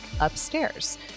upstairs